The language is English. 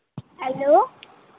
hello